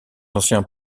anciens